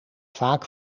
vaak